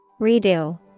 Redo